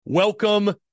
Welcome